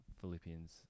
Philippians